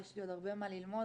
יש לי עוד הרבה מה ללמוד,